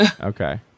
Okay